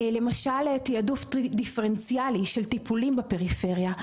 למשל תיעדוף דיפרנציאלי של טיפולים בפריפריה.